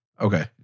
Okay